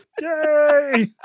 Yay